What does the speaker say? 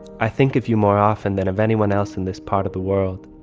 i think if you more often than of anyone else in this part of the world,